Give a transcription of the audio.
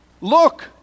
look